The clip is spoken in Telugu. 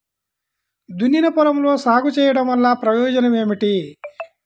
దున్నిన పొలంలో సాగు చేయడం వల్ల ప్రయోజనం ఏమిటి?